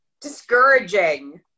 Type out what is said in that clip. discouraging